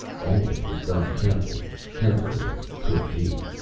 all of it was done carefully, carefully as could be.